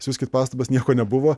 siųskit pastabas nieko nebuvo